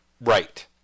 Right